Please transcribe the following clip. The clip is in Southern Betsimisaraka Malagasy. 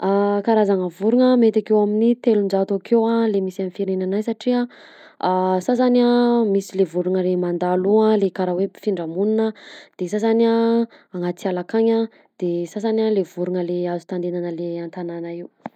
Karazagna vorona mety akao amin'ny telonjato akeo le misy firenenagnahy satria sasany misy le vorogna le mandalo io le karaha hoe mpifindra monina de sasany a anaty ala akany de sasany le vorogna le azo tandenana le an-tagnana io.